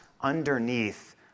underneath